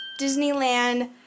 Disneyland